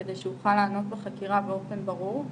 כדי שאוכל לענות בחקירה באופן ברור,